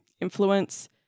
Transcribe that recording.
influence